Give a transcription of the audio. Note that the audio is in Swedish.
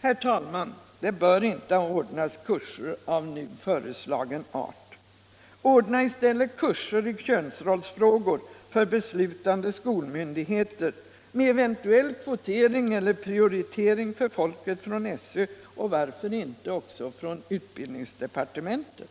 Herr talman! Det bör inte ordnas kurser av nu föreslagen art. Ordna i stället kurser i könsrollsfrågor för beslutande myndigheter med eventuell kvotering eller prioritering för folk från SÖ och varför inte också från utbildningsdepartementet!